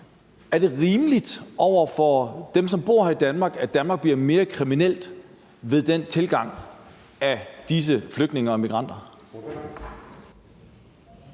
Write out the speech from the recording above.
er det så rimeligt over for dem, som bor her i Danmark, at Danmark bliver mere kriminelt ved den tilgang af disse flygtninge og migranter?